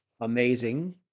Amazing